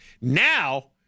Now